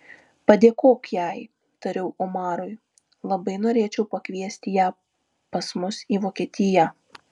padėkok jai tariau omarui labai norėčiau pakviesti ją pas mus į vokietiją